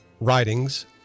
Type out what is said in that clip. writings